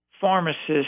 pharmacists